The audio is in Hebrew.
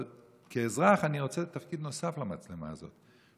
אבל כאזרח אני רוצה תפקיד נוסף למצלמה הזאת,